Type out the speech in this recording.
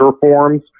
forms